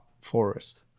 forest